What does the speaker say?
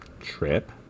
trip